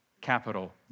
capital